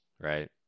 right